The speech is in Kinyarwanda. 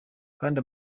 kandi